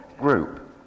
group